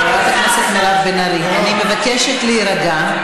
חברת הכנסת מירב בן ארי, אני מבקשת להירגע.